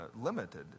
limited